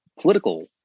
political